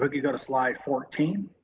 but you go to slide fourteen.